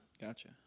Gotcha